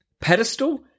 pedestal